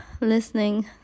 listening